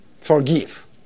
Forgive